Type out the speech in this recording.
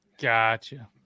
Gotcha